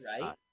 right